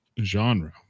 Genre